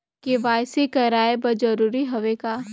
KYC कराय बर जरूरी हवे का?